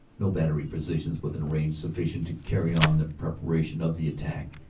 no battery positions within a range sufficient to carryon the preparation of the attack,